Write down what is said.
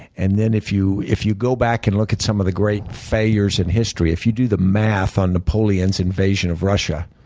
and then if you if you go back and look at some of the great failures in history, if you do the math on napoleon's invasion of russia,